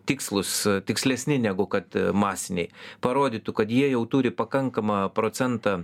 tikslūs tikslesni negu kad masiniai parodytų kad jie jau turi pakankamą procentą